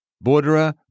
Borderer